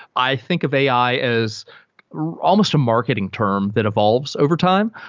i think of ai as almost a marketing term that evolves overtime.